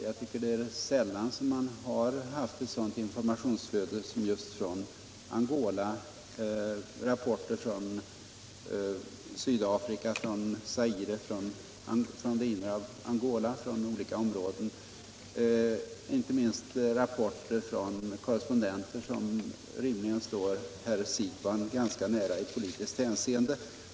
Jag tycker det är sällan som man har hamnat i ett sådant informationsflöde som just från Angola, med rapporter från Sydafrika, från Zaire, från det inre av Angolas olika områden däribland rapporter från korrespondenter som torde stå herr Siegbahn ganska nära i politiskt hänseende.